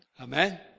Amen